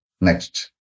Next